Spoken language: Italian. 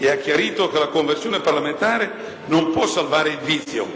e ha chiarito che la conversione parlamentare non può salvare il vizio,